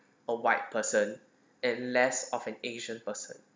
a white person and less of an asian person